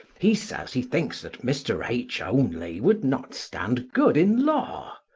he says he thinks that mr. h. only would not stand good in law.